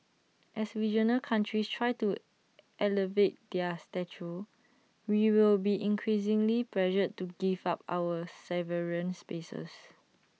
as regional countries try to elevate their stature we will be increasingly pressured to give up our sovereign spaces